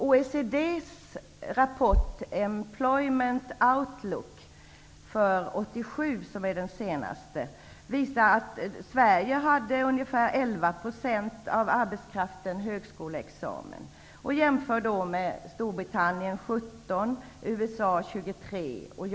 OECD:s rapport Employment Outlook för 1987, som är den senaste, visar att ungefär 11 % av arbetskraften i Sverige hade högskoleexamen.